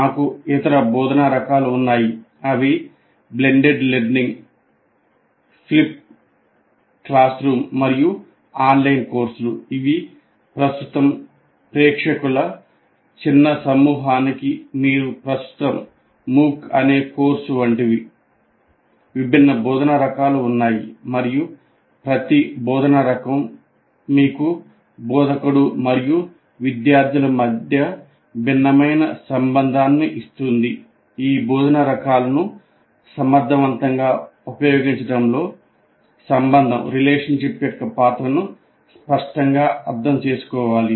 మాకు ఇతర బోధనా రకాలు ఉన్నాయి అవి బ్లెండెడ్ లెర్నింగ్ యొక్క పాత్రను స్పష్టంగా అర్థం చేసుకోవాలి